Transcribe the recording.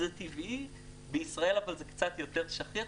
זה טבעי ובישראל זה קצת יותר שכיח,